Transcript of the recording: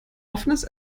offenes